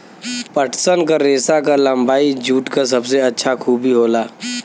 पटसन क रेसा क लम्बाई जूट क सबसे अच्छा खूबी होला